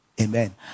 Amen